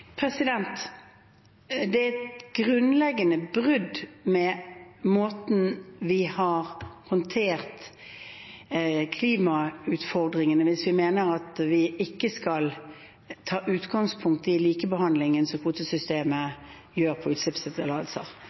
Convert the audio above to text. Det er et grunnleggende brudd med måten vi har håndtert klimautfordringene på, hvis vi mener at vi ikke skal ta utgangspunkt i likebehandlingen som kvotesystemet gjør på utslippstillatelser.